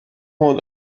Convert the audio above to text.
want